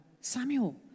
Samuel